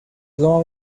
long